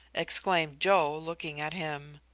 exclaimed joe, looking at him.